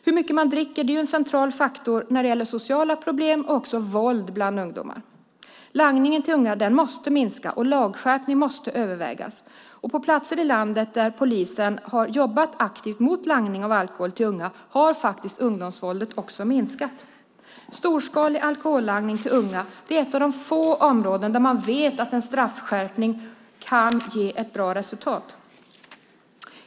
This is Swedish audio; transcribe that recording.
Hur mycket man dricker är en central faktor när det gäller sociala problem och även våld bland ungdomar. Langningen till unga måste minska, och en lagskärpning måste övervägas. På de platser i landet där polisen aktivt jobbat mot langning av alkohol till unga har ungdomsvåldet minskat. Storskalig alkohollangning till unga är ett av de få områden där man vet att en straffskärpning kan ge ett bra resultat.